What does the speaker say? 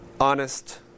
honest